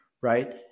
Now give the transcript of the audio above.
right